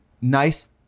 nice